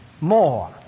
more